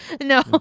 no